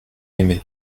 aimé